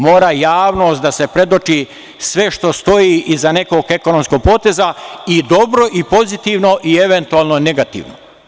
Mora javnosti da se predoči sve što stoji iza nekog ekonomskog poteza, i dobro i pozitivno i, eventualno, negativno.